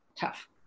tough